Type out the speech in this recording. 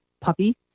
puppy